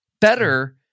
better